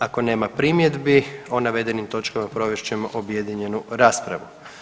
Ako nema primjedbi o navedenim točkama provest ćemo objedinjenu raspravu.